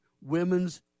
women's